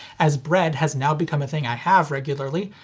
as bread has now become a thing i have regularly,